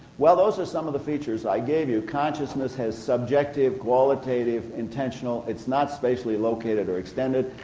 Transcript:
well those are some of the features i gave you consciousness has subjective, qualitative, intentional, it's not spatially located or extended,